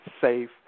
safe